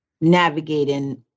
navigating